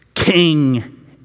king